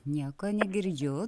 nieko negirdžiu